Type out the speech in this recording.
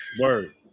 Word